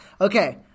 Okay